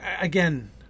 again